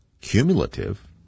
cumulative